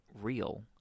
real